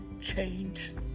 change